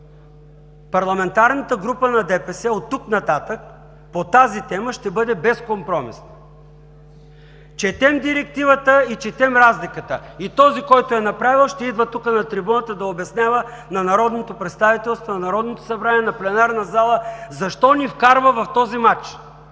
Парламентарната група на ДПС от тук нататък по тази тема ще бъде безкомпромисна. Четем директивата и четем разликата. И този, който я е направил, ще идва тук да обяснява на народното представителство, на Народното събрание и на пленарната зала защо ни вкарва в този мач.